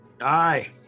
Aye